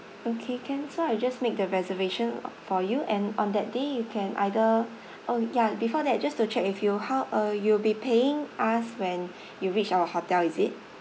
okay can so I just make the reservation for you and on that day you can either oh ya before that just to check with you how uh you'll be paying us when you reach our hotel is it